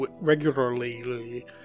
regularly